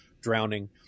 drowning